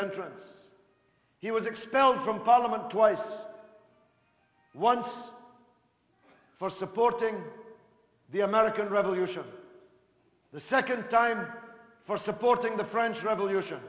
entrance he was expelled from parliament twice once for supporting the american revolution the second time or for supporting the french revolution